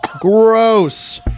Gross